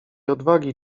odwagi